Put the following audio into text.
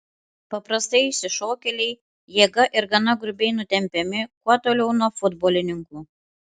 paprastai išsišokėliai jėga ir gana grubiai nutempiami kuo toliau nuo futbolininkų